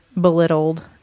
belittled